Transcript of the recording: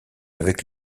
avec